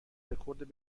رکورد